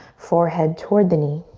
forehead toward the knee.